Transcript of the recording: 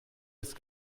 ist